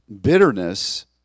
bitterness